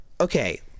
Okay